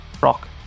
Rock